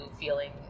feeling